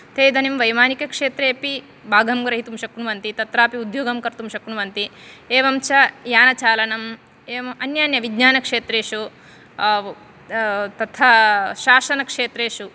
ते इदानीं वैमानिकक्षेत्रे अपि भागं ग्रहीतुं शक्नुवन्ति तत्रापि उद्योगं कर्तुं शक्नुवन्ति एवं च यानचालनम् एवम् अन्यान्य विज्ञानक्षेत्रेषु तथा शासनक्षेत्रेषु